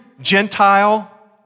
Gentile